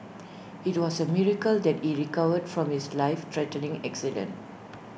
IT was A miracle that he recovered from his lifethreatening accident